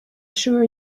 sure